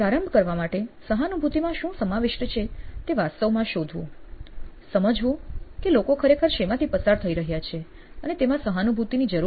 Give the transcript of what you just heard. પ્રારંભ કરવા માટે સહાનુભતિમાં શું સમાવિષ્ટ છે તે વાસ્તવમાં શોધવું સમજવું કે લોકો ખરેખર શેમાંથી પસાર થઇ રહ્યા છે અને તેમાં સહાનુભતિની જરૂર છે